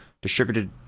distributed